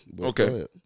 Okay